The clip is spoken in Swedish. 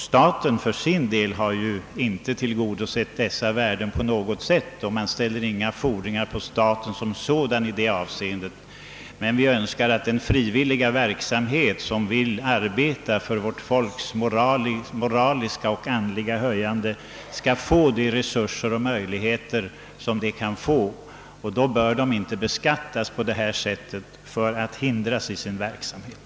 Staten har för sin del inte på något sätt tillgodosett dessa värden, och vi ställer heller inga fordringar på staten i det avseendet. Den frivilliga verksamhet, som bedrives för vårt folks moraliska och andliga höjande, bör dock ges resurser och möjligheter i stället för att hindras i sin verksamhet på sätt som nu sker genom den föreslagna investeringsavgiften.